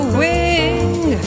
wing